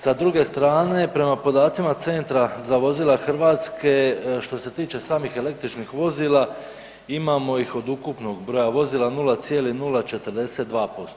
Sa druge strane prema podacima Centra za vozila Hrvatske što se tiče samih električnih vozila imamo ih od ukupnog broja vozila 0,042%